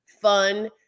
fun